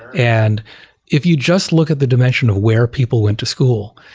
and if you just look at the dimension of where people went to school,